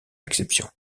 exception